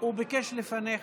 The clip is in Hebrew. הוא ביקש לפניך.